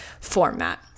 format